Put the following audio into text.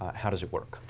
how does it work?